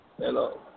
Hello